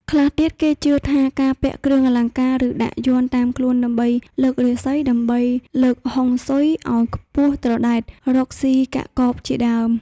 ខ្លះទៀតគេជឿថាការពាក់គ្រឿងអលង្ការឬដាក់យ័ន្តតាមខ្លួនដើម្បីលើករាសីដើម្បីលើកហុងស៊ុយឲ្យខ្ពស់ត្រដែត រកសុីកាក់កបជាដើម